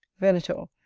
venator.